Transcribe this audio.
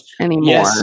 anymore